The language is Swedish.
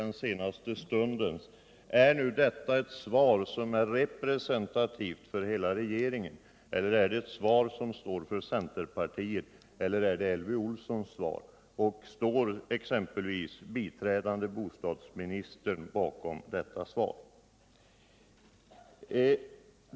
den senaste stundens, direkt fråga: Är nu detta ett svar som är representativt för hela regeringen, eller är det ett svar som står för centerpartiet, eller är det Elvy Olssons svar? Står exempelvis biträdande bostadsministern bakom det?